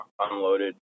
unloaded